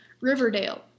Riverdale